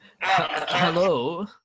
Hello